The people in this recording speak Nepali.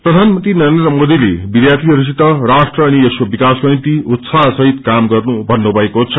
प्रधानमन्त्री नरेन्द्र मोदीले विध्यार्थीहरूसित राष्ट्र अनि यसको विकासको निम्ति उत्साहसहित क्रम गर्नु भन्नुभएको छ